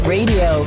Radio